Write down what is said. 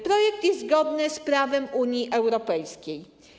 Projekt jest zgodny z prawem Unii Europejskiej.